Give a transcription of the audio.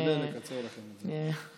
נשתדל לקצר לכם את זה.